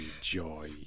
joy